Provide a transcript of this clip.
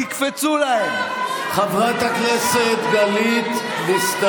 חברת הכנסת גוטליב, די.